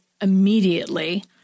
immediately